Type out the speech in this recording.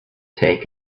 take